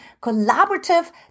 collaborative